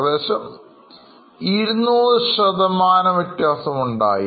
ഏകദേശം 200 ശതമാനം വ്യത്യാസമുണ്ടായി